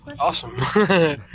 Awesome